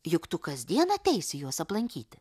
juk tu kasdien ateisi jos aplankyti